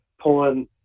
pulling